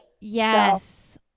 Yes